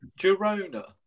Girona